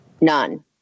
None